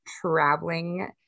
traveling